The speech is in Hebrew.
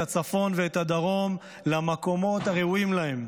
הצפון ואת הדרום למקומות הראויים להם.